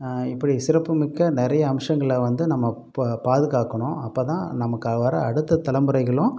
இப்படி சிறப்பு மிக்க நிறையா அம்சங்களை வந்து நம்ம ப பாதுகாக்கணும் அப்போதான் நமக்கு வர அடுத்த தலைமுறைகளும்